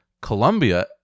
Colombia